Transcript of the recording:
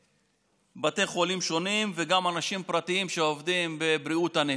בבתי חולים שונים וגם עם אנשים פרטיים שעובדים בבריאות הנפש.